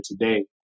today